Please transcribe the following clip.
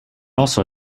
also